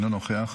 אינו נוכח,